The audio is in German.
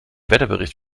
wetterbericht